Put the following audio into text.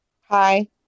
Hi